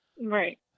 right